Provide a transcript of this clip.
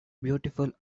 beautiful